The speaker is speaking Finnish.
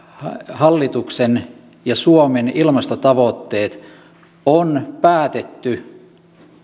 hallituksen ja suomen ilmastotavoitteet on päätetty